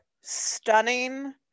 stunning